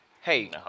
Hey